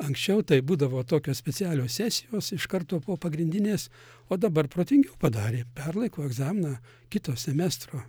anksčiau tai būdavo tokios specialios sesijos iš karto po pagrindinės o dabar protingiau padarė perlaiko egzaminą kito semestro